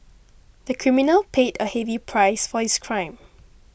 the criminal paid a heavy price for his crime